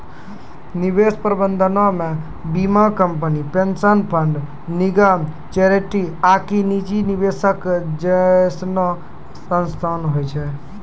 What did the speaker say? निवेश प्रबंधनो मे बीमा कंपनी, पेंशन फंड, निगम, चैरिटी आकि निजी निवेशक जैसनो संस्थान होय छै